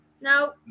No